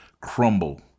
crumble